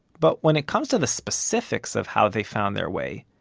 but when it comes to the specifics of how they found their way,